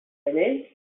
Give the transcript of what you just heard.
pyramids